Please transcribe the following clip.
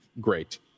great